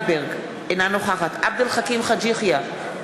אינה נוכחת עבד אל חכים חאג' יחיא,